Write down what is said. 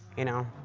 you know?